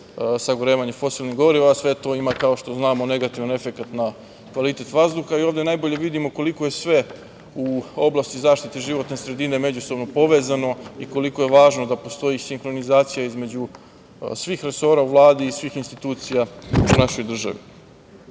sagorevanje fosilnog goriva i sve to ima, kao što znamo, negativan efekata na kvalitet vazduha. Ovde najbolje vidimo koliko je sve u oblasti zaštite životne sredine međusobno povezano i koliko je važno da postoji sinhronizacija između svih resora u Vladi i svih institucija u našoj državi. Dakle,